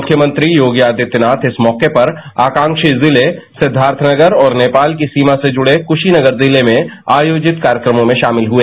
मुख्यमंत्री योगी आदित्यनाथ इस मौके पर आकांक्षी जिले सिद्धार्थनगर और नेपाल की सीमा से जुड़े कुशीनगर जिले में आयोजित कार्यक्रमों में शामिल हुए